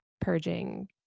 purging